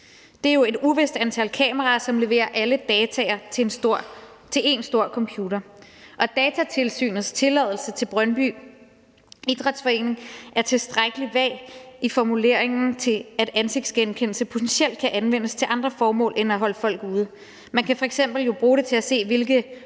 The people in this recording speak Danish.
Det er et uvist antal kameraer, som leverer alle data til én stor computer. Datatilsynets tilladelse til Brøndby Idrætsforening er tilstrækkelig vag i formuleringen til, at ansigtsgenkendelse potentielt kan anvendes til andre formål end at holde folk ude. Man kan jo f.eks. bruge det til at se, hvilken